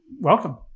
welcome